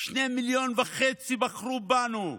שניים וחצי מיליון בחרו בנו,